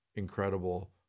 incredible